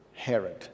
Herod